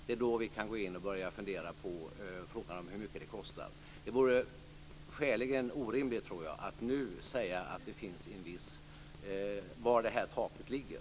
Det är då som vi kan gå in och börja fundera på frågan om hur mycket det kostar. Det vore skäligen orimligt, tror jag, att nu säga var det här taket ligger.